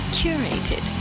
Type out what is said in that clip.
curated